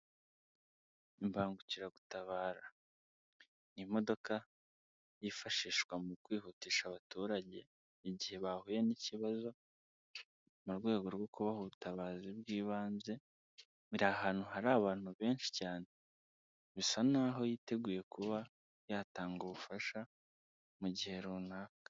Imbangukiragutabara ni imodokadoka yifashishwa mu kwihutisha abaturage igihe bahuye n'ikibazo, mu rwego rwo kubaha ubutabazi bw'ibanze iri ahantu hari abantu benshi cyane bisa nkaho yiteguye kuba yatanga ubufasha mu gihe runaka.